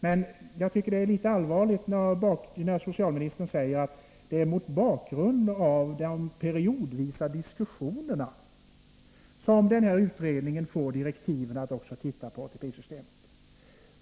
Men jag tycker att det är litet allvarligt när socialministern säger att det är mot bakgrund av de periodvisa diskussionerna som den här utredningen får direktiv att också se på ATP-systemet.